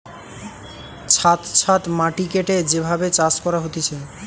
ছাদ ছাদ মাটি কেটে যে ভাবে চাষ করা হতিছে